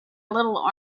little